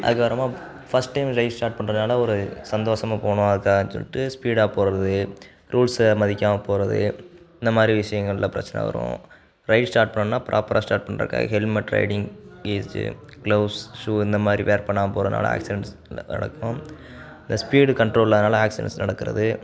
அதுக்கப்புறமா first time ride start பண்றதுனால ஒரு சந்தோஷமா போனோம்னு அதுக்காக சொல்லிட்டு ஸ்பீடாக போவது ரூல்ஸை மதிக்காமல் போவது இந்த மாதிரி விஷயங்களில் பிரச்சினை வரும் ரைடு ஸ்டார்ட் பண்ணிணா ப்ராப்பராக ஸ்டார்ட் பண்ணிறதுக்குக்காக helmet riding east gloves shoe இந்த மாதிரி வேர் பண்ணாமல் போறதால ஆக்சிடென்ஸ் நடக்கும் அந்த ஸ்பீட் கண்ட்ரோல் இல்லாததினால ஆக்சிடென்ட்ஸ் நடக்கிறது